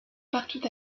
partout